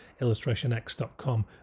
illustrationx.com